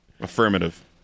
Affirmative